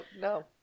no